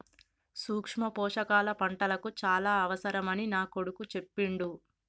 సూక్ష్మ పోషకాల పంటలకు చాల అవసరమని నా కొడుకు చెప్పిండు